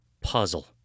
puzzle